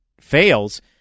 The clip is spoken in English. fails